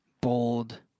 bold